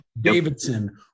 Davidson